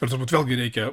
ir turbūt vėlgi reikia